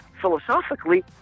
philosophically